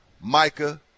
Micah